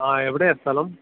ആ എവിടെയാ സ്ഥലം